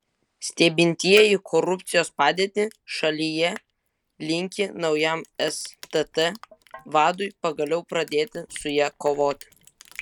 stebintieji korupcijos padėtį šalyje linki naujam stt vadui pagaliau pradėti su ja kovoti